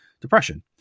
depression